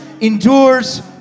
endures